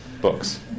books